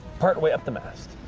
partway up the mast.